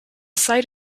site